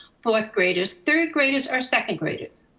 fourth graders, third graders, or second graders.